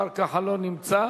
השר כחלון נמצא?